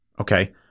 Okay